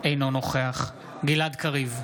אינו נוכח גלעד קריב,